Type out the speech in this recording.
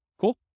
Cool